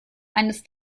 eines